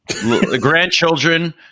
grandchildren